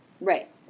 Right